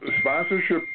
sponsorship